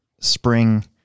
Spring